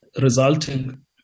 resulting